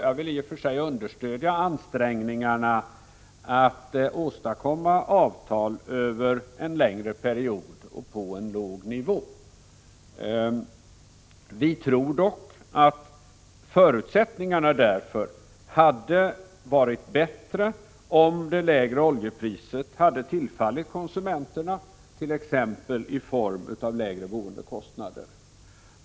Jag vill i och för sig understödja ansträngningarna att åstadkomma avtal över en längre period och på en låg nivå. Vi tror dock att förutsättningarna därför skulle ha varit bättre om det sänkta oljepriset hade tillfallit konsumenterna, t.ex. i form av lägre boendekostnader.